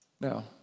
Now